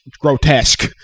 grotesque